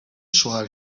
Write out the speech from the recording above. شوهر